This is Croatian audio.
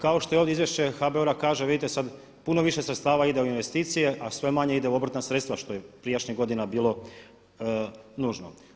Kao što ovdje izvješće HBOR-a kaže vidite sad puno više sredstva ide u investicije, a sve manje ide u obrtna sredstva što je prijašnjih godina bilo nužno.